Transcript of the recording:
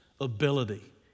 ability